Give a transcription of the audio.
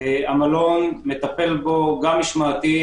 המלון מטפל בו גם משמעתית,